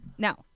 No